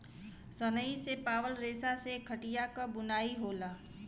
सनई से पावल रेसा से खटिया क बुनाई होला